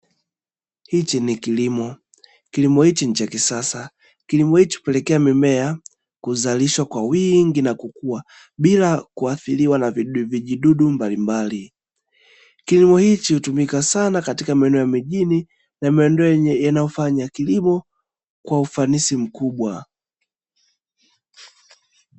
Hichi ni kilimo; kilimo hichi ni cha kisasa, kilimo hichi hupelekea mimea kuzalishwa kwa wingi na kukua bila kuathiriwa na vijidudu mbalmbali. Kilimo hichi hutumika sana katika maeneo ya mijini na maeneo yanayofanya kilimo kwa ufanisi mkubwa.